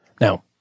Now